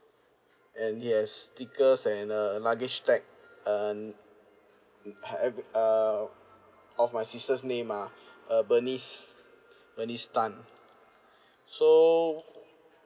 and it has stickers and a luggage tag and uh uh of my sister's name ah uh bernice bernice tan so